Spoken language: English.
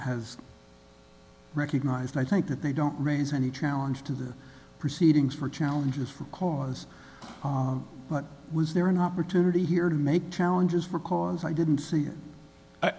recognized i think that they don't raise any challenge to the proceedings for challenges for cause but was there an opportunity here to make challenges for cause i didn't see i